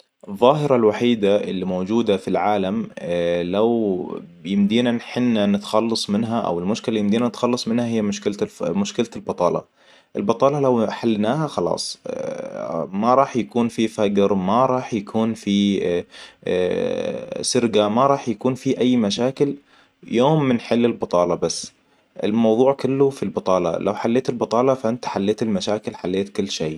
الظاهرة الوحيدة اللي موجودة في العالم لو بيمدينا ان حنا نتخلص منها او المشكلة اللي يمدينا نتخلص منها هي مشكلة مشكلة البطالة. البطالة لو حليناها خلاص ما راح يكون في فقر ما راح يكون في سرقة ما راح يكون في اي يوم بنحل البطالة بس. الموضوع كله في البطالة لو حليت البطالة فانت حليت المشاكل حليت كل شي